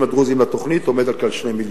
הדרוזיים לתוכנית עומדת על כ-2 מיליון.